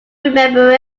remember